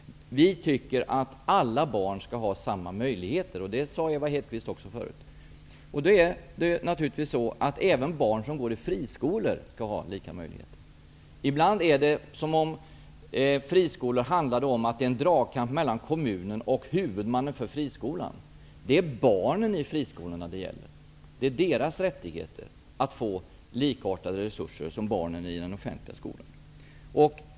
Vi tycker att alla barn skall ha samma möjligheter, vilket också Eva Hedkvist Petersen tidigare sade att hon tycker. Då skall naturligtvis barn som går i friskolor ha samma möjligheter. Ibland är det som om frågan om friskolor handlade om en dragkamp mellan kommunen och huvudmannen för friskolan, men det är ju barnen i friskolorna det gäller. Det handlar om deras rättigheter att få likartade resurser som barnen i den offentliga skolan.